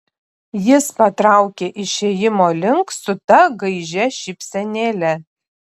jis patraukė išėjimo link su ta gaižia šypsenėle